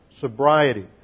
sobriety